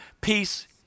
peace